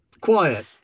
quiet